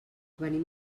venim